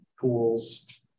tools